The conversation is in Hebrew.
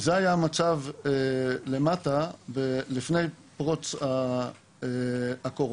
זה היה המצב לפני פרוץ הקורונה.